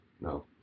No